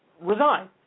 resign